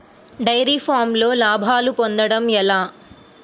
Dairy ఫామ్లో లాభాలు పొందడం ఎలా?